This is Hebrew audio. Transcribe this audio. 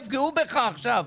יפגעו בך עכשיו,